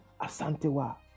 Asantewa